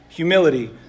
humility